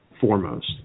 foremost